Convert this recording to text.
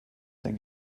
thank